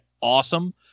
awesome